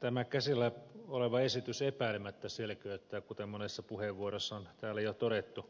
tämä käsillä oleva esitys epäilemättä selkeyttää kuten monessa puheenvuorossa on täällä jo todettu